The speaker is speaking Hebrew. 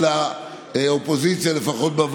הסתייגות מס'